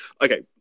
Okay